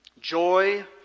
Joy